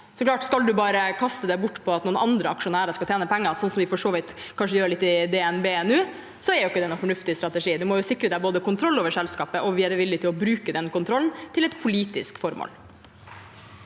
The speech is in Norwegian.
skal kaste det bort på at noen andre aksjonærer skal tjene penger, sånn som vi for så vidt kanskje gjør litt i DNB nå, er det så klart ikke noen fornuftig strategi. Man må jo både sikre kontroll over selskapet og være villig til å bruke den kontrollen til et politisk formål.